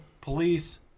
police